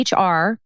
HR